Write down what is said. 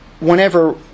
whenever